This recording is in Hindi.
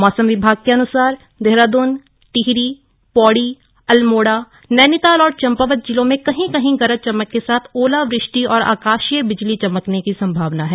मौसम विभाग के अनुसार देहरादून टिहरी पौड़ी अल्मोड़ा नैनीताल और चम्पावत जिलों में कहीं कहीं गरज चमक के साथ ओलावृष्टि और आकाशीय बिजली चमकने की संभावना है